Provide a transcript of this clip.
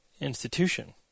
institution